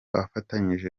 afatanyije